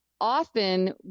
often